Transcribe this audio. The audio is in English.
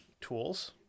tools